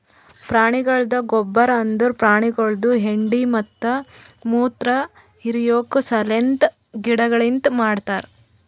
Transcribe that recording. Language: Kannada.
ಪ್ರಾಣಿಗೊಳ್ದ ಗೊಬ್ಬರ್ ಅಂದುರ್ ಪ್ರಾಣಿಗೊಳ್ದು ಹೆಂಡಿ ಮತ್ತ ಮುತ್ರ ಹಿರಿಕೋ ಸಲೆಂದ್ ಗಿಡದಲಿಂತ್ ಮಾಡ್ತಾರ್